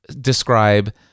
describe